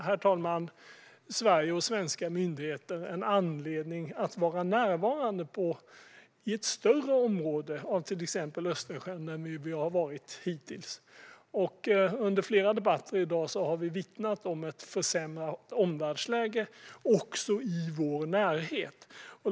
Detta ger Sverige och svenska myndigheter en anledning att vara närvarande i ett större område av Östersjön än vi har varit hittills. Under flera debatter i dag har vi vittnat om ett försämrat omvärldsläge också i vår närhet.